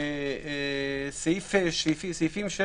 סעיף 5